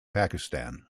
pakistan